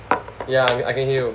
ya I can hear you